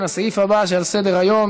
לסעיף הבא שעל סדר-היום,